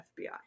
FBI